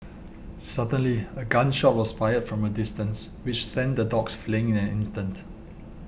suddenly a gun shot was fired from a distance which sent the dogs fleeing in an instant